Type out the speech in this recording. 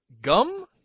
Gum